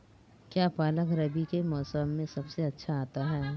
क्या पालक रबी के मौसम में सबसे अच्छा आता है?